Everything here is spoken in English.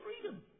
freedom